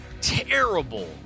terrible